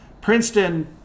Princeton